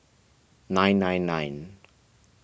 nine nine nine